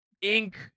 ink